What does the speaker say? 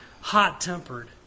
hot-tempered